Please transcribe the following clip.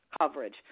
coverage